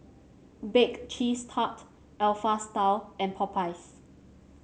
Bake Cheese Tart Alpha Style and Popeyes